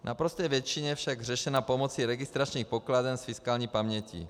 V naprosté většině je však řešena pomocí registračních pokladem s fiskální pamětí.